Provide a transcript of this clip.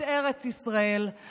יבעירו את ארץ ישראל,